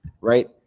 right